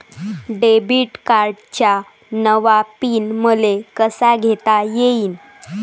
Debit कार्डचा नवा pin मले कसा घेता येईन?